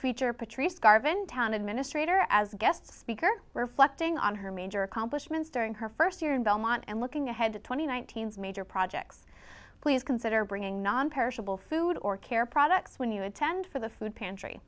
feature patrice garvin town administrator as guest speaker reflecting on her major accomplishments during her st year in belmont and looking ahead to twenty one thousand major projects please consider bringing nonperishable food or care products when you attend for the food pantry